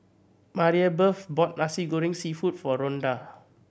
Maribeth bought Nasi Goreng Seafood for Rhonda